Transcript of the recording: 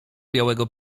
białego